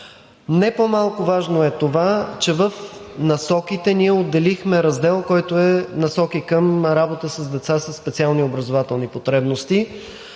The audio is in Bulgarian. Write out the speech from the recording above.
Не по-малко важно е това, че в насоките ние отделихме раздел, който е „Насоки към работа с деца със специални образователни потребности“,